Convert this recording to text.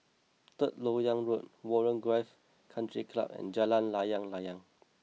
Third Lok Yang Road Warren Golf Country Club and Jalan Layang Layang